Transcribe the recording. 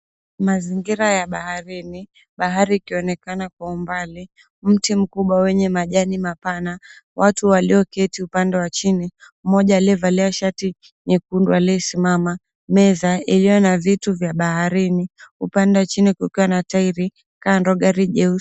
Mazingira ya baharini, bahari ikionekana kwa umbali. Mti mkubwa wenye majani mapana. Watu walioketi upande wa chini mmoja alivalia shati nyekundu aliyesimama. Meza iliyo na vitu vya baharini. Upande wa chini kukiwa na tairi , kando gari jeusi.